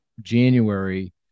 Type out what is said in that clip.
January